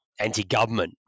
anti-government